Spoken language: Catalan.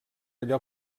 allò